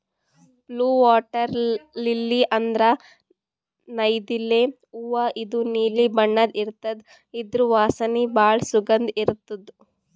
blue water lily ಅಂದ್ರ ನೈದಿಲೆ ಹೂವಾ ಇದು ನೀಲಿ ಬಣ್ಣದ್ ಇರ್ತದ್ ಇದ್ರ್ ವಾಸನಿ ಭಾಳ್ ಸುಗಂಧ್ ಇರ್ತದ್